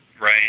Right